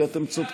כי אתם צודקים.